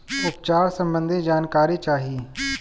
उपचार सबंधी जानकारी चाही?